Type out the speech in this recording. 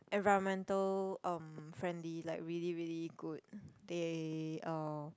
environmental um friendly like really really good they um